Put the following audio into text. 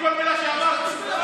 סגן השר, אתה מצדיק כל מילה שאמרתי.